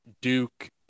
Duke